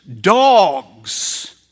Dogs